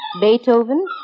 Beethoven